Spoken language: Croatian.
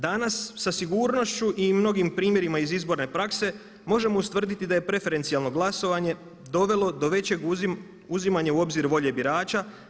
Danas sa sigurnošću i mnogim primjerima iz izborne prakse možemo ustvrditi da je preferencijalno glasovanje dovelo do većeg uzimanja u obzir volje birača.